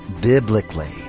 biblically